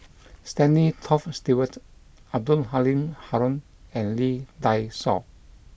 Stanley Toft Stewart Abdul Halim Haron and Lee Dai Soh